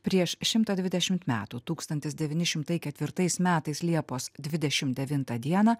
prieš šimtą dvidešimt metų tūkstantis devyni šimtai ketvirtais metais liepos dvidešim devintą dieną